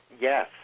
Yes